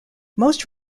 most